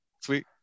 Sweet